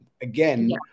again